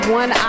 one